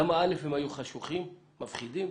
א', הם היו חשוכים, מפחידים.